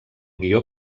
guió